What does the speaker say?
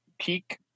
peak